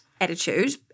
attitude